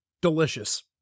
Delicious